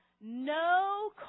no